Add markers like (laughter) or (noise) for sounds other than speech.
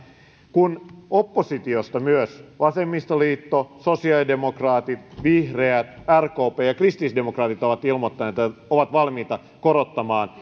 kun oppositiosta myös vasemmistoliitto sosiaalidemokraatit vihreät rkp ja kristillisdemokraatit ovat ilmoittaneet että ovat valmiita korottamaan (unintelligible)